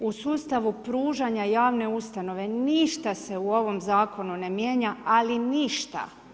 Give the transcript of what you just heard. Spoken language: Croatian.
U sustavu pružanja javne ustanove ništa se u ovom Zakonu ne mijenja, ali ništa.